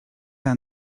and